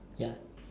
ya